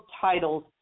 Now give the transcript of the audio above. Titles